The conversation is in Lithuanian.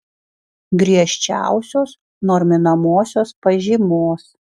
griežčiausios norminamosios pažymos